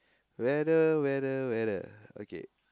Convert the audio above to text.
weather weather weather okay